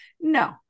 no